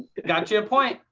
got you a point.